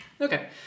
Okay